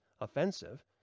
offensive